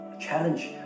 challenge